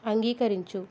అంగీకరించు